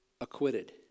acquitted